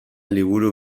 liburu